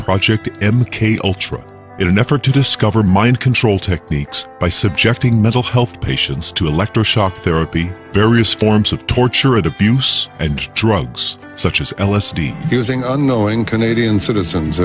project m k ultra in an effort to discover mind control techniques by subjecting mental health patients to electro shock therapy various forms of torture and abuse and drugs such as l s d using unknowing canadian citizens